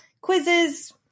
quizzes